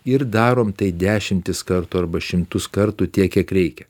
ir darom tai dešimtis kartų arba šimtus kartų tiek kiek reikia